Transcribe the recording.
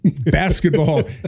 basketball